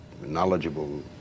knowledgeable